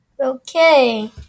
Okay